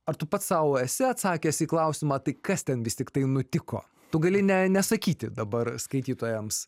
ar tu pats sau esi atsakęs į klausimą tai kas ten vis tiktai nutiko tu gali ne nesakyti dabar skaitytojams